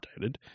updated